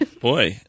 Boy